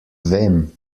vem